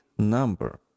number